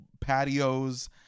patios